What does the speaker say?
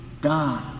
God